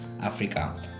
Africa